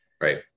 right